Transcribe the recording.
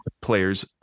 players